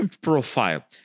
profile